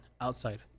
outside